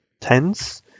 tense